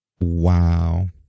Wow